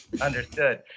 understood